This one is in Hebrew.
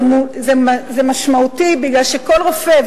זה משמעותי מפני שכל רופא,